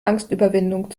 angstüberwindung